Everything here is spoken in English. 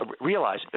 realize –